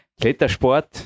Klettersport